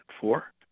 four